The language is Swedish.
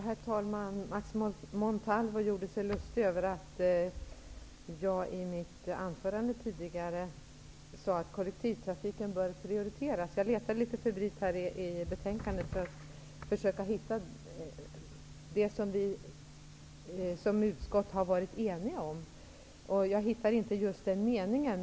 Herr talman! Max Montalvo gjorde sig lustig över att jag i mitt tidigare anförande sade att kollektivtrafiken bör prioriteras. Jag letade litet febrilt i betänkandet för att försöka hitta det som utskottet har varit enigt om. Jag hittar inte just den meningen.